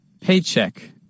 Paycheck